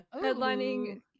Headlining